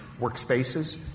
workspaces